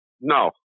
No